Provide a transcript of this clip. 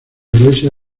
iglesia